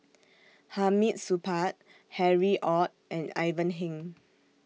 Hamid Supaat Harry ORD and Ivan Heng